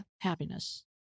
happiness